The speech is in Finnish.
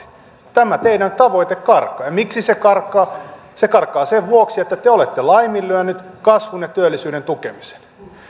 tämä teidän tavoitteenne karkaa ja miksi se karkaa se karkaa sen vuoksi että te olette laiminlyöneet kasvun ja työllisyyden tukemisen